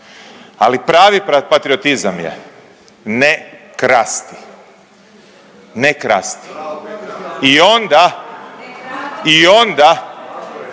Ali pravi patriotizam je ne krasti! Ne krasti! I onda i onda